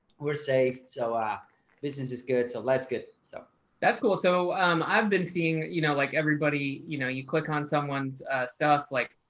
we're safe. so um this is good. so let's get so that's cool. so i've been seeing you know, like everybody, you know, you click on someone's stuff, like,